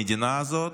במדינה הזאת,